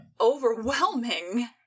overwhelming